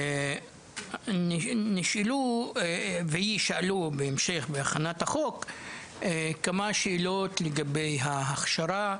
יישאלו בהמשך שאלות לגבי ההכשרה,